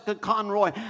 Conroy